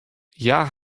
hja